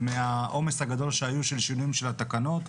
ומהעומס הגדול שהיה של שינויים של התקנות,